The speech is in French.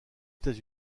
états